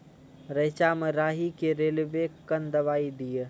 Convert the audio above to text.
रेचा मे राही के रेलवे कन दवाई दीय?